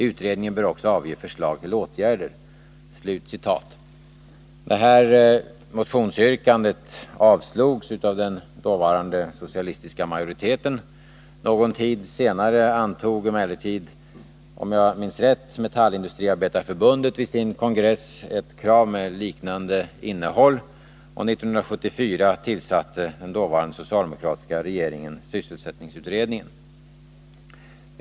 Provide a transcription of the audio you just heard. Utredningen bör också avge förslag till åtgärder ——=.” Detta motionsyrkande avslogs av den dåvarande socialistiska majoriteten. Någon tid senare ställde sig emellertid, om jag minns rätt, Metallindustriarbetareförbundet vid sin kongress bakom ett krav med liknande innehåll. År 1974 tillsatte den dåvarande socialdemokratiska regeringen sysselsättningsutredningen.